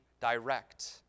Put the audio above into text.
direct